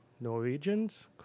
Norwegians